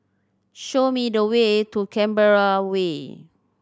show me the way to Canberra Way